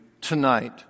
tonight